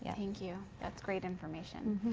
yeah thank you, that's great information.